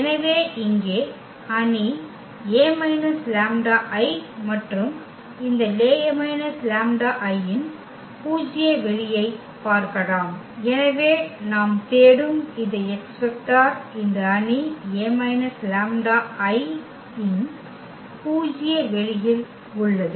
எனவே இங்கே அணி A − λI மற்றும் இந்த A λI இன் பூஜ்ய வெளியைப் பார்க்கலாம் எனவே நாம் தேடும் இந்த x வெக்டர் இந்த அணி A − λII இன் பூஜ்ய வெளியில் உள்ளது